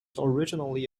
originally